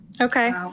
Okay